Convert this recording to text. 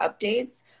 updates